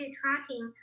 tracking